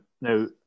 now